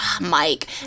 Mike